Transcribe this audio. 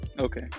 Okay